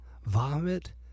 Vomit